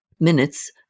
Minutes